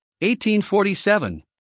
1847